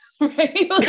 right